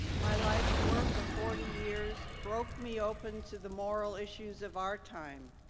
my life's work of forty years broke me open to the moral issues of our time,